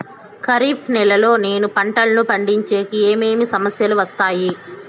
ఖరీఫ్ నెలలో నేను పంటలు పండించేకి ఏమేమి సమస్యలు వస్తాయి?